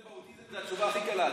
ווטאבאוטיזם זה התשובה הכי קלה,